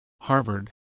Harvard